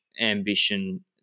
ambition